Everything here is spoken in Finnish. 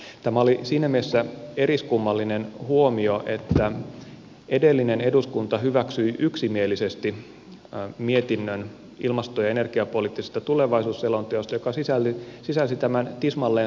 tämä oli siinä mielessä eriskummallinen huomio että edellinen eduskunta hyväksyi yksimielisesti mietinnön ilmasto ja energiapoliittisesta tulevaisuusselonteosta joka sisälsi tämän tismalleen saman päästövähennystavoitteen